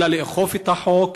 אלא לאכוף את החוק,